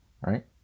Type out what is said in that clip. right